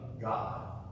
God